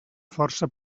força